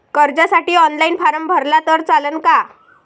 कर्जसाठी online form भरला तर चालन का?